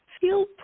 feel